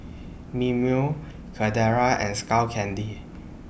Mimeo Carrera and Skull Candy